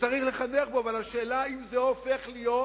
וצריך לחנך בו, אבל השאלה אם זה הופך להיות